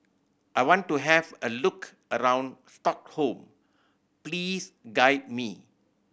I want to have a look around Stockholm please guide me